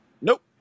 nope